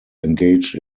engaged